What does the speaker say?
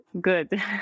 good